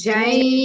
Jai